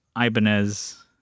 Ibanez